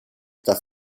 dass